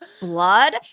blood